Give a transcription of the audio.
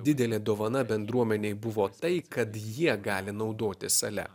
didelė dovana bendruomenei buvo tai kad jie gali naudotis sale